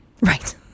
Right